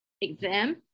exam